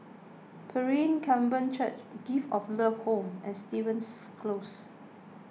Pilgrim Covenant Church Gift of Love Home and Stevens Close